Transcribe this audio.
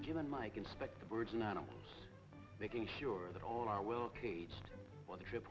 given mike inspect the birds and animals making sure that all are well caged on the trip